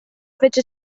fece